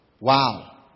Wow